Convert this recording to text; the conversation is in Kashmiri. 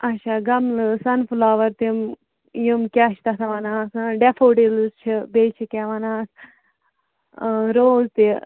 اچھا گملہٕ سَن فٕلَوَر تِم یِم کیاہ چھِ تَتھ وَنان آسان ڈیٚفوڈِلٕز چھِ بیٚیہِ چھِ کیاہ وَنان اَتھ ٲں روز تہِ